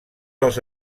els